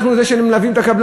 אנחנו אלה שמלווים את הקבלן.